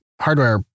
hardware